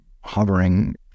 hovering